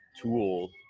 tool